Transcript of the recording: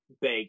big